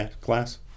class